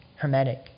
hermetic